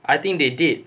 I think they did